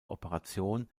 operation